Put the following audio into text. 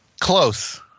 Close